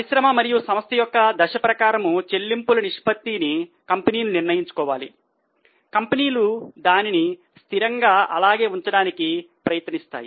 పరిశ్రమ మరియు సంస్థ యొక్క దశ ప్రకారం చెల్లింపుల నిష్పత్తిని కంపెనీలు నిర్ణయించుకోవాలి కంపెనీలు దానిని స్థిరంగా అలాగే ఉంచడానికి ప్రయత్నిస్తాయి